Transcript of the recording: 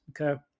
Okay